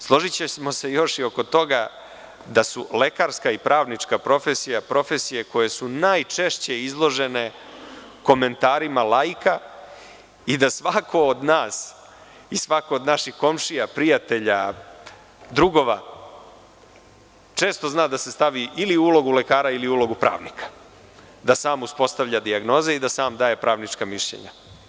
Složićemo se još i oko toga da su lekarska i pravnička profesija, profesija koje su najčešće izložene komentarima lajika i da svako od nas i svako od naših komšija, prijatelja, drugova često zna da se stavi ili u ulogu lekara, ili u ulogu pravnika i da sam uspostavlja dijagnoze i da sam daje pravnička mišljenja.